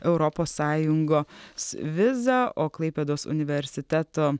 europos sąjungos vizą o klaipėdos universiteto